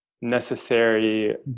necessary